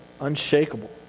unshakable